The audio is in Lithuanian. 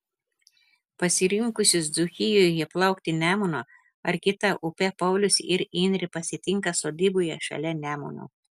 pasirinkusius dzūkijoje plaukti nemunu ar kita upe paulius ir indrė pasitinka sodyboje šalia nemuno